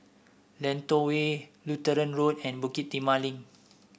Lentor Way Lutheran Road and Bukit Timah Link